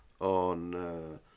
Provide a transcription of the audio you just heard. on